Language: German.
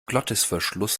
glottisverschluss